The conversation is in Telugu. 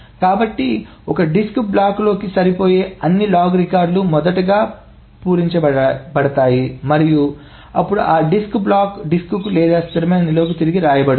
కాబట్టి ఒక డిస్క్ బ్లాక్లోకి సరిపోయే అన్ని లాగ్ రికార్డులు మొదట పూరించబడతాయి మరియు అప్పుడు ఆ డిస్క్ బ్లాక్ డిస్క్కు లేదా స్థిరమైన నిల్వకు తిరిగి వ్రాయబడుతుంది